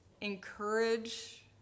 encourage